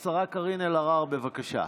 אני לא שומעת את עצמי.